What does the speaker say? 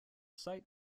site